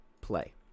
play